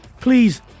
please